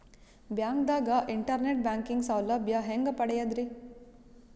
ಬ್ಯಾಂಕ್ದಾಗ internet banking ಸೌಲಭ್ಯ ಹೆಂಗ್ ಪಡಿಯದ್ರಿ?